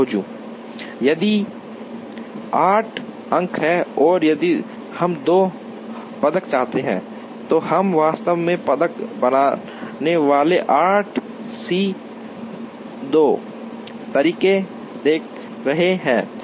अब यदि 8 अंक हैं और यदि हम 2 पदक चाहते हैं तो हम वास्तव में पदक बनाने वाले 8 सी 2 तरीके देख रहे हैं